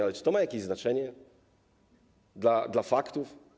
Ale czy to ma jakieś znaczenie dla ustalania faktów?